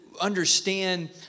understand